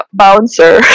bouncer